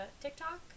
TikTok